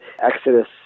Exodus